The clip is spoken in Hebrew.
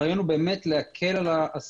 הרעיון הוא להקל על העסקים.